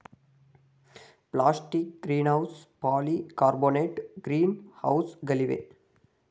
plastic greenhouse, polycarbonate green ಹೌಸ್ಗಳಿವೆ